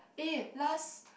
uh last